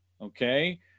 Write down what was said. okay